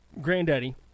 granddaddy